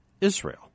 Israel